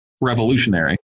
revolutionary